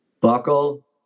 buckle